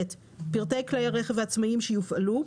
פרטי כלי הרכב העצמאיים שיופעלו,